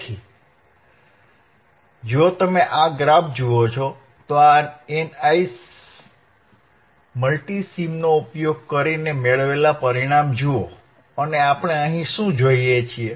તેથી જો તમે આ ગ્રાફ જુઓ છો તો આ NI મલ્ટિસિમનો ઉપયોગ કરીને મેળવેલા પરિણામો જુઓ અને આપણે અહીં શું જોઈએ છીએ